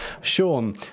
Sean